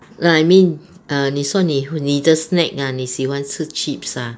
no I mean 你说你你的 snack ah 你喜欢吃 chips ah